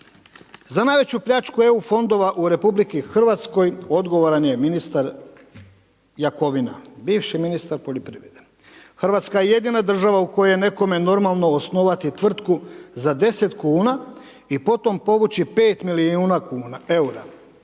Za najveću pljačku EU fondova u RH odgovoran je ministar Jakovina, bivši ministar poljoprivrede. RH je jedina država u kojoj je nekome normalno osnovati tvrtku za 10 kn i potom povući 5 milijuna eura,